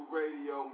radio